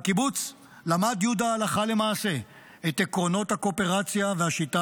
בקיבוץ למד יהודה הלכה למעשה את עקרונות הקואופרציה והשיטה